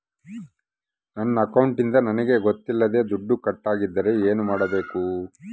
ನನ್ನ ಅಕೌಂಟಿಂದ ನನಗೆ ಗೊತ್ತಿಲ್ಲದೆ ದುಡ್ಡು ಕಟ್ಟಾಗಿದ್ದರೆ ಏನು ಮಾಡಬೇಕು?